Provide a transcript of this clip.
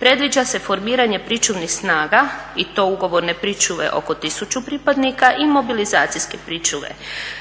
predviđa se formiranje pričuvnih snaga i to ugovorne pričuve oko tisuću pripadnika i mobilizacijske pričuve,